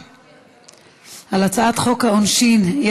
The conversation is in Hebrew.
חבר הכנסת איתן כבל,